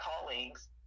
colleagues